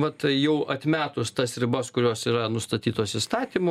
vat jau atmetus tas ribas kurios yra nustatytos įstatymu